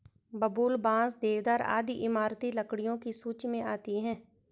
बबूल, बांस, देवदार आदि इमारती लकड़ियों की सूची मे आती है